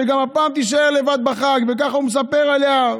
שגם הפעם תישאר לבד בחג, וככה הוא מספר עליה.